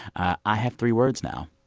i have three words now.